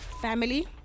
family